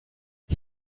ich